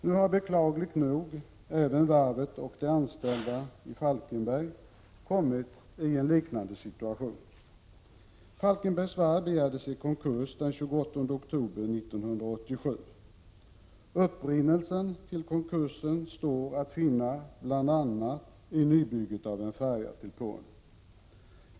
Nu har alltså, beklagligt nog, även varvet i Falkenberg och de anställda där hamnat i en liknande situation. Falkenbergs Varv begärdes i konkurs den 28 oktober 1987. Upprinnelsen till konkursen står att finna bl.a. i nybygget av en färja som skulle levereras till Polen.